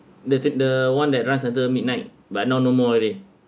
the the one that runs on the midnight but now no more already